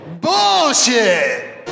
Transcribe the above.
Bullshit